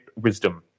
wisdom